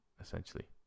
essentially